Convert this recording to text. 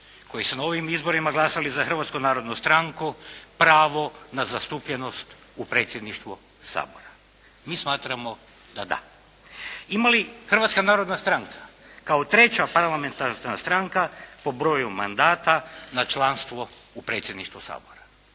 koji su na ovim izborima glasali za Hrvatsku narodnu stranku pravo na zastupljenost u predsjedništvu Sabora? Mi smatramo da da. Ima li Hrvatska narodna stranka kao treća parlamentarna stranka po broju mandata na članstvo u Predsjedništvu Sabora?